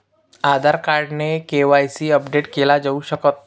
आधार card ने KYC update केल जाऊ शकत